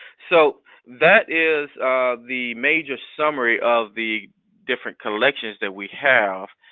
so that is the major summary of the different collections that we have,